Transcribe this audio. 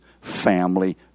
family